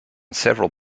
several